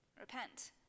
Repent